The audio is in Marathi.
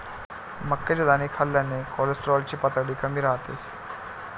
मक्याचे दाणे खाल्ल्याने कोलेस्टेरॉल ची पातळी कमी राहते